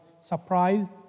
surprised